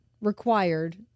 required